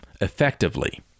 effectively